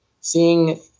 seeing